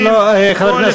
לא,